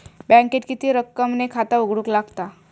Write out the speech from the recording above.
बँकेत किती रक्कम ने खाता उघडूक लागता?